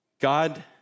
God